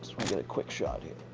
get a quick shot here.